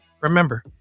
Remember